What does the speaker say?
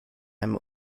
einem